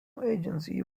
agency